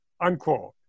unquote